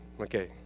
Okay